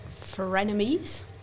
frenemies